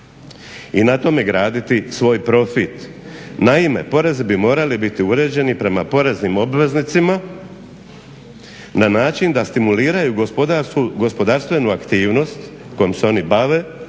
i na tome graditi svoj profit. Naime, porezi bi morali biti uređeni prema poreznim obveznicima na način da stimuliraju gospodarstvenu aktivnost kojom se oni bave